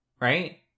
Right